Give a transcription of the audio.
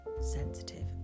sensitive